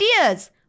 ideas